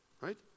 right